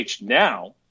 now